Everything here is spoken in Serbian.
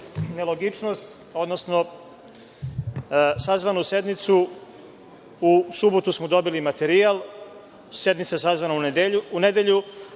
nelogičnost, odnosno sazvanu sednicu.U subotu smo dobili materijal, sednica je sazvana u nedelju,